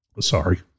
Sorry